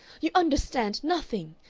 you understand nothing.